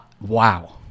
Wow